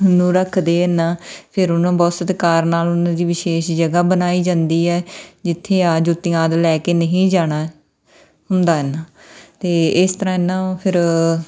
ਨੂੰ ਰੱਖਦੇ ਹਨ ਫਿਰ ਉਹਨਾਂ ਬਹੁਤ ਸਤਿਕਾਰ ਨਾਲ ਉਹਨਾਂ ਦੀ ਵਿਸ਼ੇਸ਼ ਜਗ੍ਹਾ ਬਣਾਈ ਜਾਂਦੀ ਹੈ ਜਿੱਥੇ ਆ ਜੁੱਤੀਆਂ ਆਦਿ ਲੈ ਕੇ ਨਹੀਂ ਜਾਣਾ ਹੁੰਦਾ ਹਨ ਅਤੇ ਇਸ ਤਰ੍ਹਾਂ ਇਨ੍ਹਾਂ ਫਿਰ